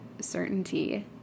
certainty